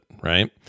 Right